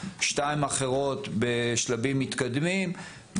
שתיים אחרות בשלבים מתקדמים,